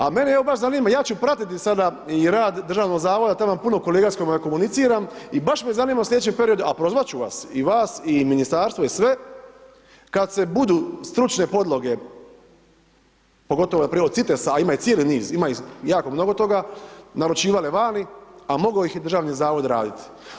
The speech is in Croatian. A mene evo baš zanima, ja ću pratiti sada i rad Državnog zavoda, tamo je puno kolega s kojima komuniciram i baš me zanima u slijedećem periodu, a prozvat ću vas i vas i Ministarstvo i sve kad se budu stručne podloge, pogotovo ovaj prijedlog CITES, a ima i cijeli niz, ima jako mnogo toga, naručivale vani, a mogao ih je Državni zavod radit.